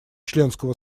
членского